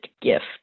gift